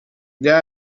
there